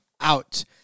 out